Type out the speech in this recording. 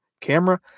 camera